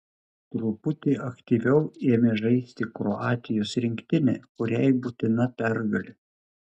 truputį aktyviau ėmė žaisti kroatijos rinktinė kuriai būtina pergalė